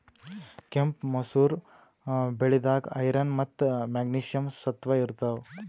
ಕೆಂಪ್ ಮಸೂರ್ ಬ್ಯಾಳಿದಾಗ್ ಐರನ್ ಮತ್ತ್ ಮೆಗ್ನೀಷಿಯಂ ಸತ್ವ ಇರ್ತವ್